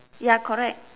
ya correct